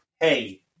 hey